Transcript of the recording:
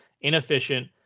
inefficient